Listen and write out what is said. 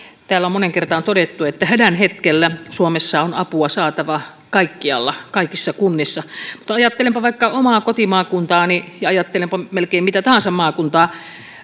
täällä on moneen kertaan todettu että hädän hetkellä suomessa on apua saatava kaikkialla kaikissa kunnissa mutta ajattelenpa vaikka omaa kotimaakuntaani ja ajattelenpa melkein mitä tahansa maakuntaa